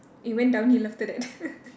it went downhill after that